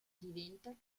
diventa